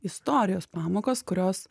istorijos pamokas kurios